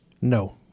No